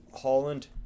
Holland